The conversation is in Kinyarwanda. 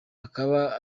akaba